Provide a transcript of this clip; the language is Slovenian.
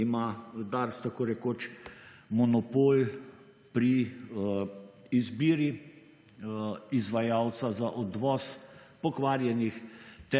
ima Dars tako rekoč monopol pri izbiri izvajalca za odvoz pokvarjenih,